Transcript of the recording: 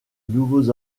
nouveaux